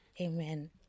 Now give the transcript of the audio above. Amen